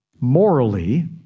morally